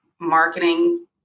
marketing